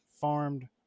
Farmed